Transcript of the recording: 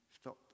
stop